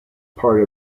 part